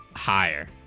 higher